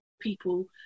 people